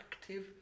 active